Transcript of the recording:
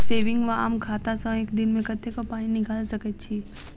Saving वा आम खाता सँ एक दिनमे कतेक पानि निकाइल सकैत छी?